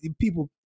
people